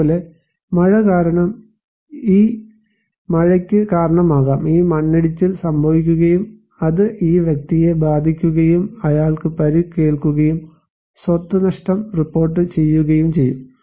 ഇത് പോലെ മഴ കാരണം ഈ മഴയ്ക്ക് കാരണമാകാം ഈ മണ്ണിടിച്ചിൽ സംഭവിക്കുകയും അത് ഈ വ്യക്തിയെ ബാധിക്കുകയും അയാൾക്ക് പരിക്കേൽക്കുകയും സ്വത്ത് നഷ്ടം റിപ്പോർട്ട് ചെയ്യുകയും ചെയ്യും